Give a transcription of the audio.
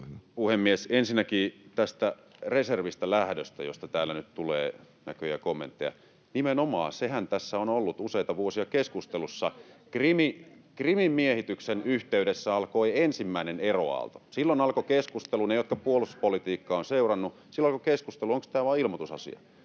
puhemies! Ensinnäkin tästä reservistä lähdöstä, josta täällä nyt tulee näköjään kommentteja. Nimenomaan, sehän tässä on ollut useita vuosia keskustelussa. Krimin miehityksen yhteydessä alkoi ensimmäinen eroaalto. Silloin alkoi keskustelu — ne, jotka puolustuspolitiikkaa ovat seuranneet — onko tämä vaan ilmoitusasia.